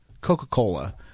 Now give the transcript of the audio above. Coca-Cola